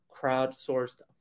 crowdsourced